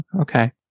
Okay